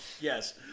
yes